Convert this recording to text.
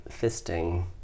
fisting